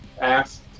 asked